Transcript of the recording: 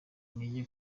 intege